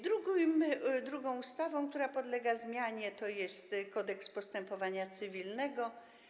Drugą ustawą, która podlega zmianie, jest Kodeks postępowania cywilnego.